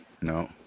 No